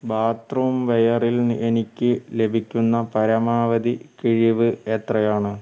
bathroom വെയറിൽ നി എനിക്ക് ലഭിക്കുന്ന പരമാവധി കിഴിവ് എത്രയാണ്